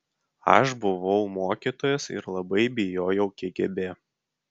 aš buvau mokytojas ir labai bijojau kgb